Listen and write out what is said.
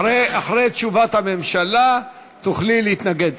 אחרי תשובת הממשלה תוכלי להתנגד.